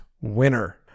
winner